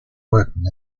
working